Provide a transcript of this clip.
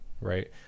right